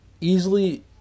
easily